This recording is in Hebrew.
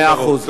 מאה אחוז.